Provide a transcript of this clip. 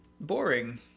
boring